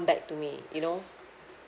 back to me you know